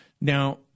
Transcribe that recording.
Now